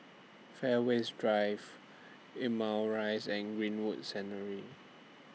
Fairways Drive Limau Rise and Greenwood